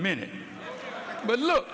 minute but look